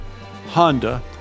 Honda